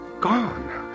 Gone